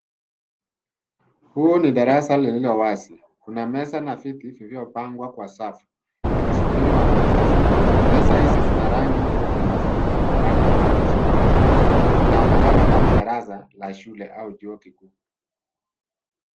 Huu ni darasa lililo wazi. Kuna meza na viti vilivyopangwa kwa safu vikisubiri wanafunzi. Meza hizi zina rangi nyeupe na viti vina rangi nyeusi au bluu. Inaonekana kama darasa la shule au chuo kikuu.